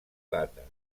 data